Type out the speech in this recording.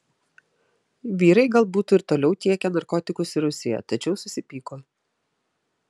vyrai gal būtų ir toliau tiekę narkotikus į rusiją tačiau susipyko